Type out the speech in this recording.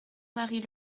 marie